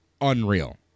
unreal